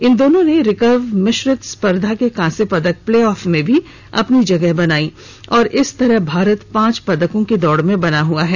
इन दोनों ने रिकर्व मिश्रित स्पर्धा के कांस्य पदक प्ले ऑफ में भी अपनी जगह बनाई और इस तरह भारत पांच पदकों की दौड़ में बना हुआ है